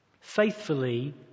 faithfully